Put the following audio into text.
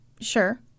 sure